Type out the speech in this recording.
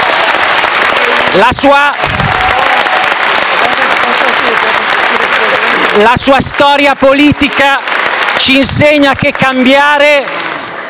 La sua storia politica ci insegna che cambiando